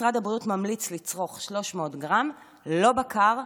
משרד הבריאות ממליץ לצרוך 300 גרם, לא בקר.